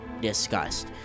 discussed